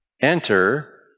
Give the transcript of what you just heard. Enter